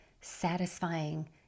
satisfying